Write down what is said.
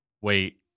wait